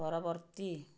ପରବର୍ତ୍ତୀ